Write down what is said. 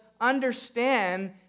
understand